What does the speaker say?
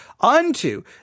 unto